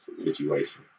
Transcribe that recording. situation